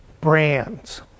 brands